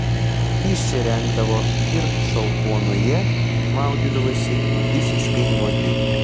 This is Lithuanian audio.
išsirengdavo ir šaltuonoje maudydavosi visiškai nuogi